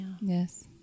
yes